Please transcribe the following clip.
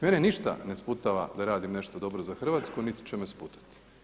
Mene ništa ne sputava da radim nešto dobro za Hrvatsku niti će me sputati.